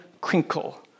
crinkle